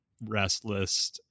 Restless